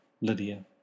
Lydia